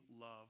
love